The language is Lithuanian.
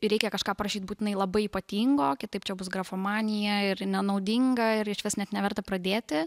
ir reikia kažką parašyt būtinai labai ypatingo kitaip čia bus grafomanija ir nenaudinga ir išvis net neverta pradėti